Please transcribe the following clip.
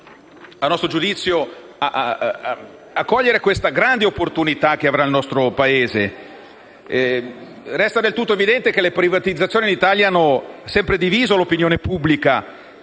a nostro giudizio, a cogliere la grande opportunità che avrà il nostro Paese. Resta del tutto evidente che le privatizzazioni in Italia hanno sempre diviso l'opinione pubblica